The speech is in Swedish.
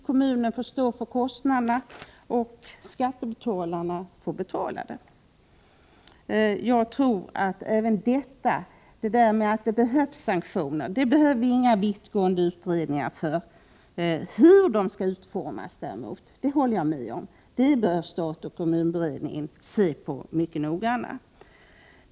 Kommunen får stå för kostnaderna, och skattebetalarna får i sista hand betala. Att det behövs sanktioner behöver vi inga vittgående utredningar om. Däremot håller jag med om att stat-kommun-beredningen noggrant bör utreda hur sanktionerna skall utformas.